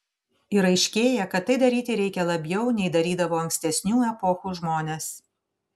ir aiškėja kad tai daryti reikia labiau nei darydavo ankstesnių epochų žmonės